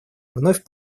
вновь